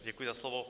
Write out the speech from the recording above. Děkuji za slovo.